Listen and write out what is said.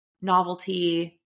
novelty